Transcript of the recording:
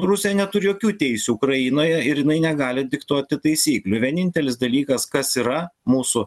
rusija neturi jokių teisių ukrainoje ir jinai negali diktuoti taisyklių vienintelis dalykas kas yra mūsų